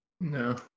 No